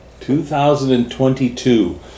2022